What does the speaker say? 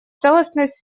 целостность